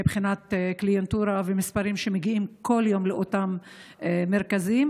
מבחינת קליינטורה ומספרים שמגיעים כל יום לאותם מרכזים,